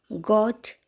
God